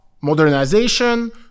modernization